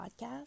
podcast